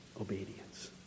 Obedience